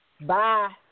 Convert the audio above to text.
Bye